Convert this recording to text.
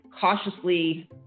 cautiously